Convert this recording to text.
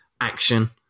action